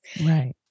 right